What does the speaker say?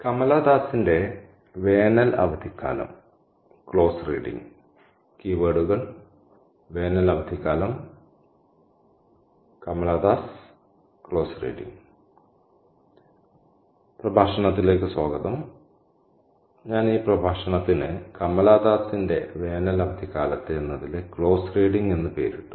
കീവേഡുകൾ വേനൽ അവധിക്കാലം Kamala Das close reading hello പ്രഭാഷണത്തിലേക്ക് സ്വാഗതം ഞാൻ ഈ പ്രഭാഷണത്തിന് കമലാ ദാസിന്റെ വേനൽ അവധിക്കാലത്ത് എന്നതിലെ ക്ലോസ്ഡ് റീഡിങ് എന്ന് പേരിട്ടു